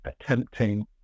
attempting